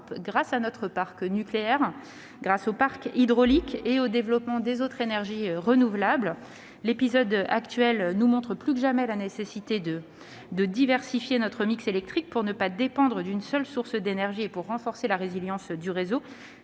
grâce à notre parc nucléaire, grâce au parc hydraulique et au développement des autres énergies renouvelables. L'épisode actuel nous montre, plus que jamais, la nécessité de diversifier notre mix électrique pour ne pas dépendre d'une seule source d'énergie et pour renforcer la résilience du réseau